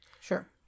Sure